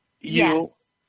Yes